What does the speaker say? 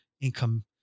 income